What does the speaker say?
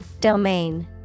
Domain